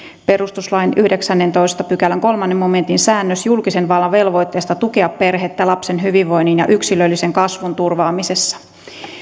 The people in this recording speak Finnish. perustuslain yhdeksännentoista pykälän kolmannen momentin säännös julkisen vallan velvoitteesta tukea perhettä lapsen hyvinvoinnin ja yksilöllisen kasvun turvaamisessa